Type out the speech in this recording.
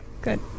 Good